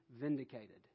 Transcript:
vindicated